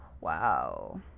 wow